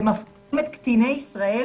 ומפקירים את קטיני ישראל